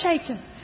shaken